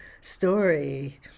story